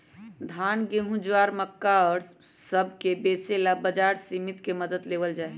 धान, गेहूं, ज्वार, मक्का और सब के बेचे ला बाजार समिति के मदद लेवल जाहई